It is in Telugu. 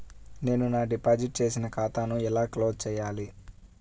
నేను నా డిపాజిట్ చేసిన ఖాతాను ఎలా క్లోజ్ చేయాలి?